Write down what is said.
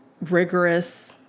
rigorous